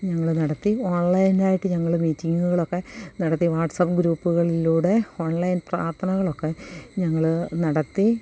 ഞങ്ങള് നടത്തി ഓൺലൈനായിട്ട് ഞങ്ങള് മീറ്റിങ്ങുകളൊക്കെ നടത്തി വാട്സപ്പ് ഗ്രൂപ്പുകളിലൂടെ ഓൺലൈൻ പ്രാർഥനകളൊക്കെ ഞങ്ങള് നടത്തി